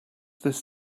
this